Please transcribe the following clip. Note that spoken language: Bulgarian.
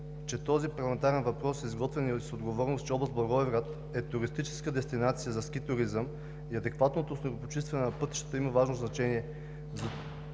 че този парламентарен въпрос е изготвен с отговорност и че област Благоевград е туристическа дестинация за ски туризъм и адекватното снегопочистване на пътищата има важно значение за туристите,